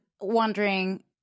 wondering